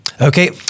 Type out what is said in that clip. Okay